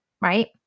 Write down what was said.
right